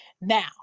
Now